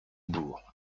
bourg